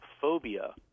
phobia